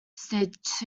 states